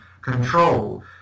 control